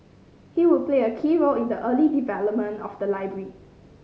he would play a key role in the early development of the library